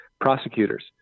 prosecutors